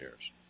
years